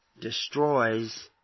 destroys